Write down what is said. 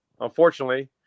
unfortunately